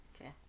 okay